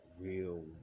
real